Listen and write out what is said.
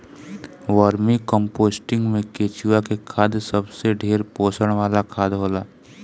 vermi composting में केचुआ के खाद सबसे ढेर पोषण वाला खाद होला